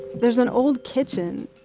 there's an old kitchen,